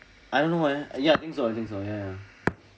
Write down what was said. I don't know eh ya I think I think so ya ya